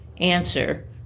answer